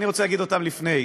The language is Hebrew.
אני רוצה להגיד אותן לפני,